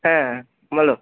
হ্যাঁ বলো